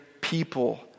people